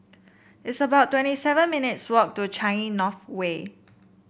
it's about twenty seven minutes' walk to Changi North Way